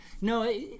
No